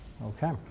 Okay